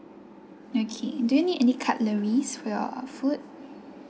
no do you need any cutleries for your food